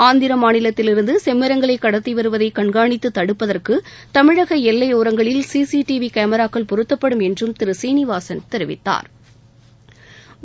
ஆந்திர மாநிலத்திலிருந்து செம்மரங்களை கடத்தி வருவதை கண்காணித்து தடுப்பதற்கு தமிழக எல்லையோரங்களில் சி சி டி வி கேமராக்கள் பொருத்தப்படும் என்றும் திரு சீனிவாசன் தெரிவித்தாா்